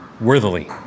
worthily